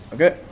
Okay